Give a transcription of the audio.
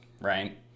right